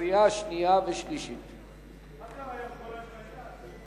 יישר כוח.